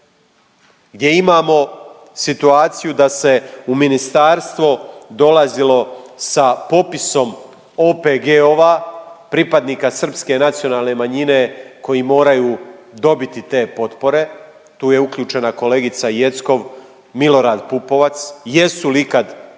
gdje imamo situaciju da se u ministarstvo dolazilo sa popisom OPG-ova pripadnika srpske nacionalne manjine koji moraju dobiti te potpore, tu je uključena kolegica Jeckov, Milorad Pupovac. Jesu li ikad pozvani